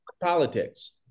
politics